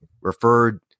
referred